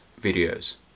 videos